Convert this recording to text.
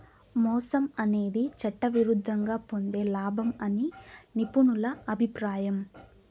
మోసం అనేది చట్టవిరుద్ధంగా పొందే లాభం అని నిపుణుల అభిప్రాయం